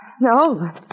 No